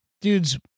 Dude's